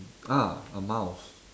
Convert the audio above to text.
ah a mouse